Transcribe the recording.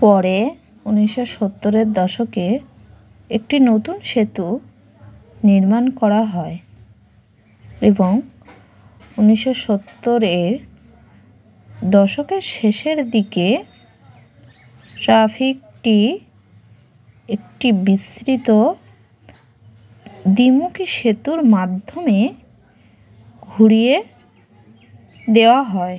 পরে উনিশশো সত্তরের দশকে একটি নতুন সেতু নির্মাণ করা হয় এবং উনিশশো সত্তরে দশকের শেষের দিকে ট্রাফিকটি একটি বিস্তৃত দ্বিমুখী সেতুর মাধ্যমে ঘুরিয়ে দেওয়া হয়